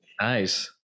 nice